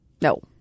No